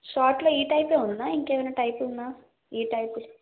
షార్ట్లో ఈ టైపే ఉందా ఇంకేమైనా టైపు ఉందా ఈ టైపు